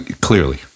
Clearly